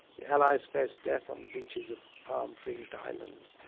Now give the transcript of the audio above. the allies faced death on the beaches of palm-fringed islands,